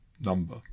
number